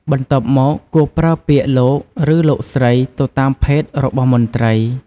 បន្ទាប់មក គួរប្រើពាក្យ " លោក" ឬ " លោកស្រី" ទៅតាមភេទរបស់មន្ត្រី។